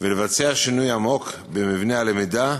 ולבצע שינוי עמוק במבנה הלמידה,